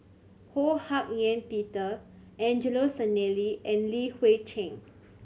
Ho Hak Ean Peter Angelo Sanelli and Li Hui Cheng